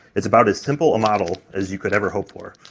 it's about as simple a model as you could ever hope for.